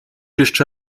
jeszcze